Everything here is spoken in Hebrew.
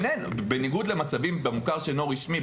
כאשר זה בניגוד במוכר שאינו רשמי,